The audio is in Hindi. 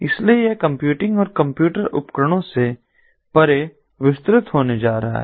इसलिए यह कंप्यूटिंग और कंप्यूटर उपकरणों से परे विस्तृत होने जा रहा है